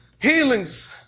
healings